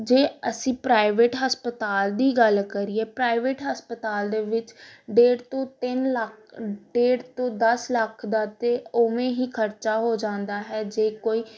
ਜੇ ਅਸੀਂ ਪ੍ਰਾਈਵੇਟ ਹਸਪਤਾਲ ਦੀ ਗੱਲ ਕਰੀਏ ਪ੍ਰਾਈਵੇਟ ਹਸਪਤਾਲ ਦੇ ਵਿੱਚ ਡੇਢ ਤੋਂ ਤਿੰਨ ਲੱਖ ਡੇਢ ਤੋਂ ਦਸ ਲੱਖ ਦਾ ਤਾਂ ਉਵੇਂ ਹੀ ਖਰਚਾ ਹੋ ਜਾਂਦਾ ਹੈ ਜੇ ਕੋਈ